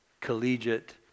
collegiate